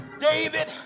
David